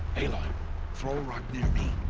a like throw a rock near me!